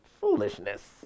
Foolishness